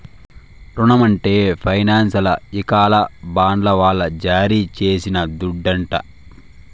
రునం అంటే ఫైనాన్సోల్ల ఇలాకాల బాండ్ల వల్ల జారీ చేసిన దుడ్డంట